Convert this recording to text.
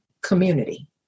community